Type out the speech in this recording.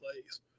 plays